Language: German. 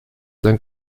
dann